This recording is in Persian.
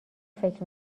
فکر